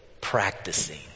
practicing